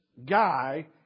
guy